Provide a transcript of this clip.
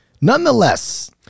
Nonetheless